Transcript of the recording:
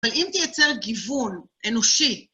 ואם תייצר גיוון אנושי,